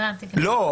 נכון,